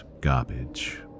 garbage